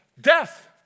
death